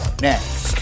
next